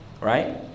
right